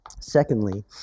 Secondly